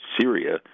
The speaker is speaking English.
Syria